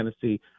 Tennessee